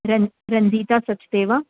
Rang Ranjita Sachdeva